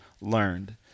learned